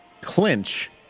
clinch